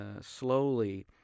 slowly